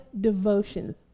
devotion